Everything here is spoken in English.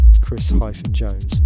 chris-jones